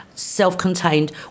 self-contained